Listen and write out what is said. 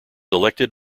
elected